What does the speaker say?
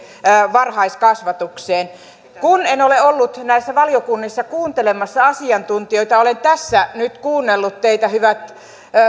varhaiskasvatukseen kun en ole ollut näissä valiokunnissa kuuntelemassa asiantuntijoita olen tässä nyt kuunnellut teitä hyvät